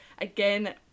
again